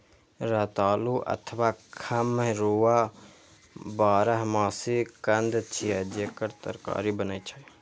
रतालू अथवा खम्हरुआ बारहमासी कंद छियै, जेकर तरकारी बनै छै